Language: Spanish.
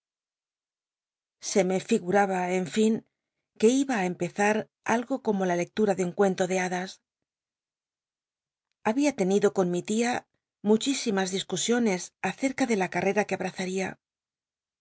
se me figutaba en fin que iba á em ezar afgo como la lectura de un cuento de hadas había tenido con mi tia muchísimas disensiones acerca de la carrera que